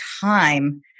time